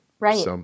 Right